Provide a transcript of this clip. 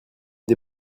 des